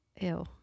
Ew